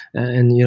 and, yeah